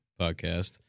podcast